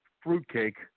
fruitcake